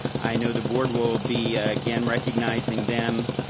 i know the board will will be again recognizing them.